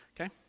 Okay